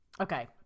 Okay